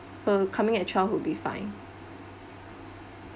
uh coming at twelve will be fine